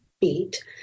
beat